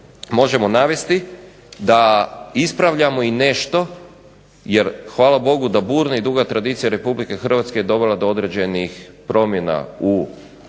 možemo navesti da ispravljamo i nešto jer hvala Bogu da burna i duga tradicija RH je dovela do određenih promjena u sustavu